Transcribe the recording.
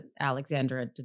Alexandra